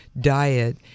diet